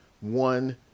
One